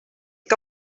que